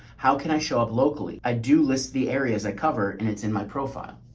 how can i show up locally? i do list the areas i cover and it's in my profile,